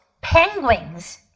penguins